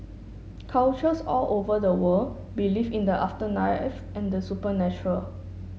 cultures all over the world believe in the afterlife and the supernatural